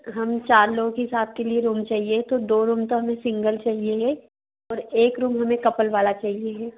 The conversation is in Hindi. हम चार लोगों के हिसाब के लिए रूम चाहिए तो दो रूम तो हमें सिंगल चाहिए है और एक रूम हमें कपल वाला चाहिए है